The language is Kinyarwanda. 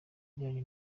ijyanye